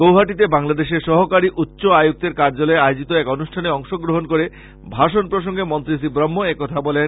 গৌহাটীতে বাংলাদেশের সহকারী উচ্চ আয়ুক্তের কার্যালয়ের আয়োজিত এক অনুষ্টানে অংশগ্রহন করে ভাষন প্রসঙ্গে মন্ত্রী শ্রী ব্রম্ম একথা জানান